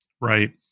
right